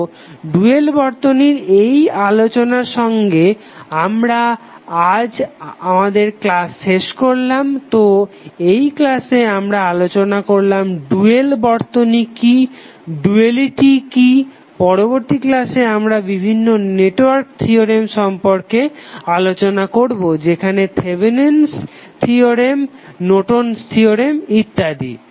তো ডুয়াল বর্তনীর এই আলোচনার সঙ্গে আমরা আজ আমাদের ক্লাস শেষ করলাম তো এই ক্লাসে আমরা আলোচনা করলাম ডুয়াল বর্তনী কি ডুয়ালিটি কি পরবর্তী ক্লাসে আমরা বিভিন্ন নেটওয়ার্ক থিওরেম সম্পর্কে আলোচনা করবো যেমন Thevenin's theorem Thevenin's theorem Norton's theorem Norton's theorem ইত্যাদি